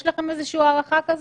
יש לכם הערכה כזאת?